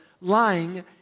lying